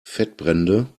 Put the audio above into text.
fettbrände